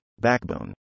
Backbone